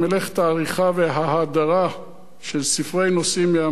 והההדרה של ספרי נוסעים מהמאות האחרונות.